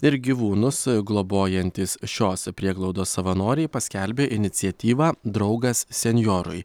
ir gyvūnus globojantys šios prieglaudos savanoriai paskelbė iniciatyvą draugas senjorui